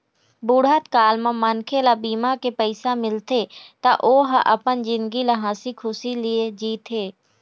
बुढ़त काल म मनखे ल बीमा के पइसा मिलथे त ओ ह अपन जिनगी ल हंसी खुसी ले जीथे